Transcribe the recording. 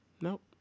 nope